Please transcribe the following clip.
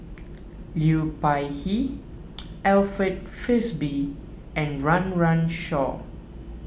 Liu Peihe Alfred Frisby and Run Run Shaw